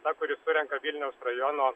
ta kuri surenka vilniaus rajono